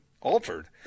altered